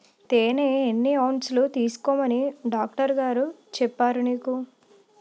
తేనె ఎన్ని ఔన్సులు తీసుకోమని డాక్టరుగారు చెప్పారు నీకు